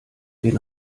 den